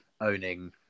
owning